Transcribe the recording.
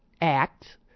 act